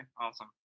awesome